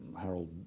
Harold